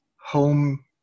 home